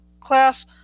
class